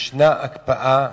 יש הקפאה.